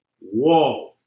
whoa